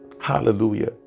hallelujah